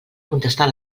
contestar